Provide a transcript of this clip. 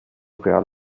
real